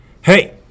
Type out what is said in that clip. hey